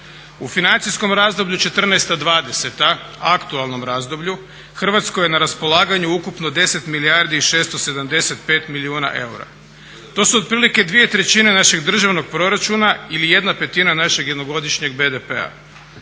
U financijskom razdoblju 2014.-2020., aktualnom razdoblju, Hrvatskoj je na raspolaganju ukupno 10 milijardi i 675 milijuna eura. To su otprilike dvije trećine našeg državnog proračuna ili jedna petina našeg jednogodišnjeg BDP-a.